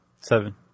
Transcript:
Seven